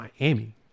Miami